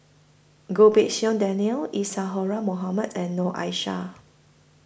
Goh Pei Siong Daniel Isadhora Mohamed and Noor Aishah